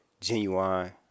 genuine